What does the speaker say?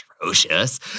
atrocious